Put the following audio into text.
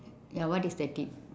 ya what is the tip